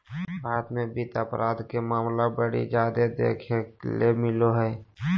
भारत मे वित्त अपराध के मामला बड़ी जादे देखे ले मिलो हय